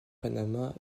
panama